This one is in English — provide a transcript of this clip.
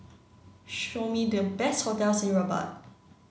show me the best hotels in Rabat